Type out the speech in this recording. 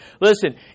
Listen